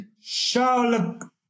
Charlotte